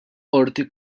qorti